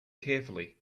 carefully